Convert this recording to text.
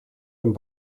een